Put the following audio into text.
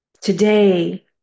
today